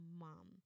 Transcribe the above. mom